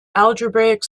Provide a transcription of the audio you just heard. algebraic